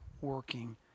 working